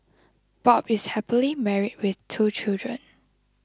Bob is happily married with two children